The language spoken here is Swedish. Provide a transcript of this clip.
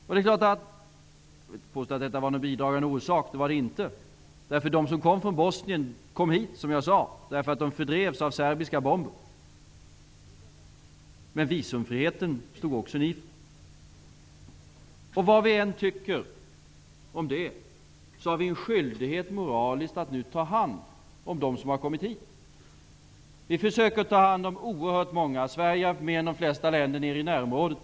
Jag vill inte påstå att det var en bidragande orsak, för det var det inte -- de som kom hit från Bosnien kom, som jag sade tidigare, därför att de fördrevs av serbiska bomber -- men visumfriheten stod också ni för. Vad vi än tycker om det har vi en moralisk skyldighet att nu ta hand om dem som har kommit hit. Vi försöker ta hand om oerhört många. Sverige har gjort mer än de flesta länder nere i närområdet.